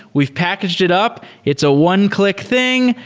we've packaged it up. it's a one click thing.